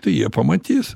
tai jie pamatys